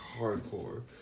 hardcore